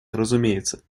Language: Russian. разумеется